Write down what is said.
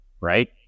right